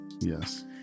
Yes